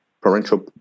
parental